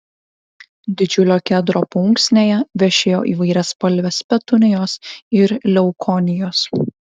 didžiulio kedro paunksnėje vešėjo įvairiaspalvės petunijos ir leukonijos